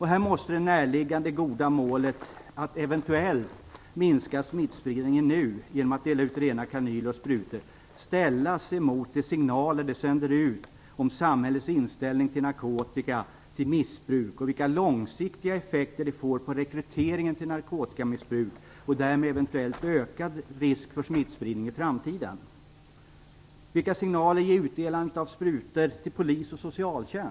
Här måste det närliggande goda målet att eventuellt minska smittspridningen nu, genom utdelning av rena kanyler och sprutor, ställas mot de signaler det sänder ut om samhällets inställning till narkotika och missbruk och vilka långsiktiga effekter det får på rekryteringen till narkotikamissbruk och därmed eventuell ökad risk för smittspridning i framtiden. Vilka signaler får polis och socialtjänst genom utdelandet av sprutor?